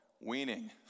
weaning